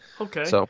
Okay